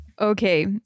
Okay